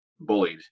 bullied